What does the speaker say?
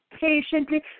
patiently